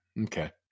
Okay